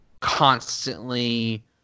constantly